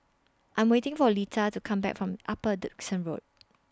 I Am waiting For Leta to Come Back from Upper Dickson Road